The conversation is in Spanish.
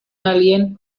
alguien